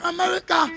America